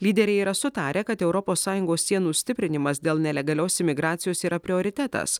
lyderiai yra sutarę kad europos sąjungos sienų stiprinimas dėl nelegalios imigracijos yra prioritetas